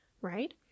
right